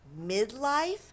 midlife